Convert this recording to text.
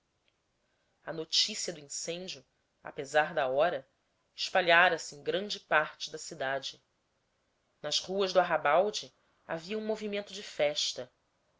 a notícia do incêndio apesar da hora espalhara se em grande parte da cidade nas ruas do arrabalde havia um movimento de festa